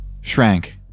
shrank